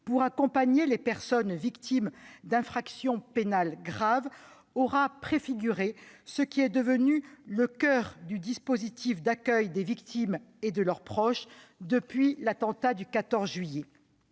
pour accompagner les personnes victimes d'une infraction pénale grave, aura préfiguré ce qui est devenu le coeur du dispositif d'accueil des victimes et de leurs proches depuis l'attentat du 14 juillet.